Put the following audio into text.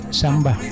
samba